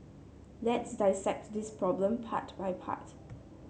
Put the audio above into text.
let's dissect this problem part by part